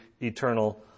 eternal